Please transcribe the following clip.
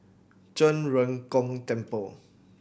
Zhen Ren Gong Temple